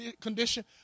condition